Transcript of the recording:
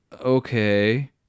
okay